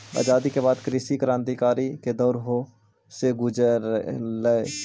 आज़ादी के बाद कृषि क्रन्तिकारी के दौर से गुज़ारलई